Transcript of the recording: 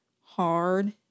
hard